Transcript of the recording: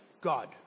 God